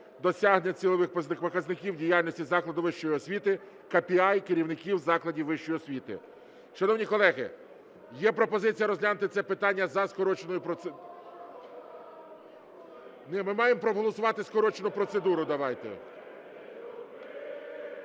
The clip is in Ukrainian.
досягнення цільових показників діяльності закладу вищої освіти (KPI керівників закладів вищої освіти).